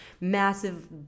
massive